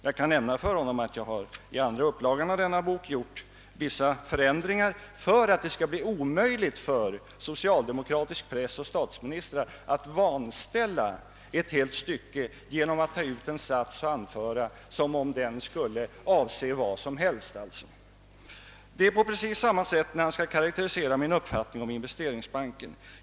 Jag kan nämna för statsministern att jag i andra upplagan av denna bok har gjort vissa förändringar för att det skall bli omöjligt för socialdemokratisk press och statsministrar att vanställa ett helt stycke genom att ta ut en sats och anföra den som om den skulle avse vad som helst. Det är på precis samma sätt när statsministern skall karaktärisera min uppfattning om investeringsbanken.